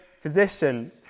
physician